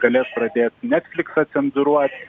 galės pradėt netfliksą cenzūruot